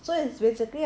so like from